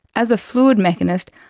as a fluid mechanistic,